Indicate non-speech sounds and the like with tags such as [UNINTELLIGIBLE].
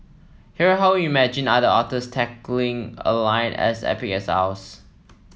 here are how we imagined other authors tackling a line as epic as [UNINTELLIGIBLE]